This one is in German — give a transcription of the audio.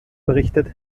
berichtet